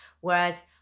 whereas